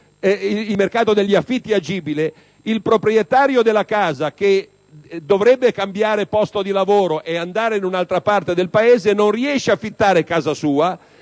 il mercato degli affitti sia agibile, il proprietario della casa, che dovrebbe cambiare posto di lavoro e andare in un'altra parte del Paese, non riesce ad affittare casa sua,